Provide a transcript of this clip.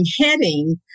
heading